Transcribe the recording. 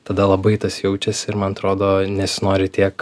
tada labai tas jaučiasi ir man atrodo nesinori tiek